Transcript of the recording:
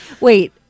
Wait